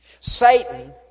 Satan